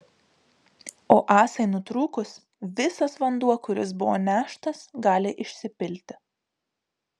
o ąsai nutrūkus visas vanduo kuris buvo neštas gali išsipilti